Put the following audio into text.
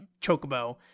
Chocobo